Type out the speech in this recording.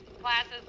Classes